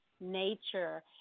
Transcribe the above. nature